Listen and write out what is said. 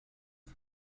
das